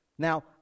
Now